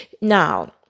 Now